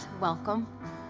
welcome